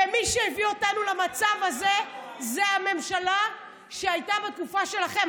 ומי שהביא אותנו למצב הזה זה הממשלה שהייתה בתקופה שלכם.